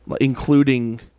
including